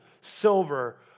silver